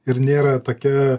ir nėra tokia